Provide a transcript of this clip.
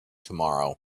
tomorrow